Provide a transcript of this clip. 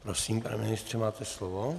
Prosím, pane ministře, máte slovo.